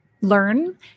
learn